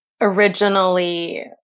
Originally